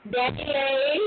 Okay